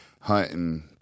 hunting